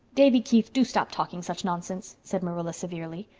davy keith, do stop talking such nonsense, said marilla severely.